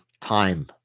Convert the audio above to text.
time